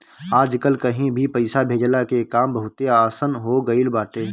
आजकल कहीं भी पईसा भेजला के काम बहुते आसन हो गईल बाटे